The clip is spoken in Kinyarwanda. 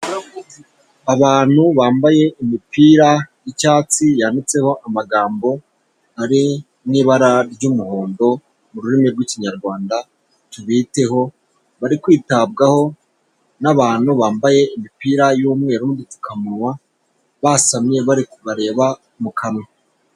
Abantu bambaye imipira y'icyatsi, yanditseho amagambo ari mu ibara ry'umuhondo mu rurimi rw'Ikinyarwanda tubiteho, bari kwitabwaho n'abantu bambaye imipira y'umweru n'udupfukamunwa, basamye bari kubareba mu kanwa.